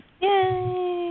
Yay